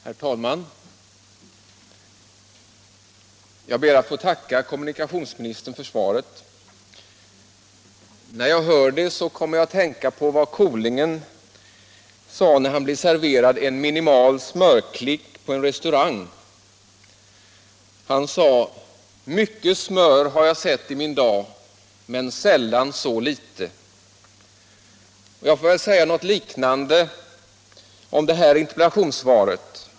Herr talman! Jag ber att få tacka kommunikationsministern för svaret. När jag lyssnade till interpellationssvaret kom jag att tänka på vad Kolingen sade när han på en restaurang blev serverad en minimal smörklick: ”Mycket smör har jag sett i min dag men sällan så litet.” Jag får säga något liknande om detta interpellationssvar.